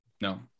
No